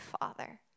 father